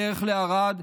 בדרך לערד,